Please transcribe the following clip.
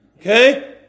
Okay